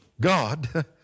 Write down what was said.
God